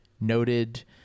noted